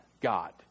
God